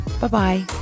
Bye-bye